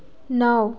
नौ